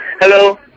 hello